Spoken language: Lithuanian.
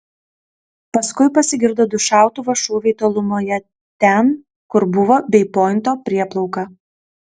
paskui pasigirdo du šautuvo šūviai tolumoje ten kur buvo bei pointo prieplauka